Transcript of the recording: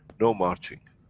no marching,